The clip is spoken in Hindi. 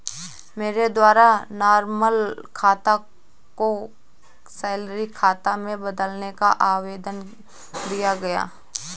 मेरे द्वारा नॉर्मल खाता को सैलरी खाता में बदलने का आवेदन दिया गया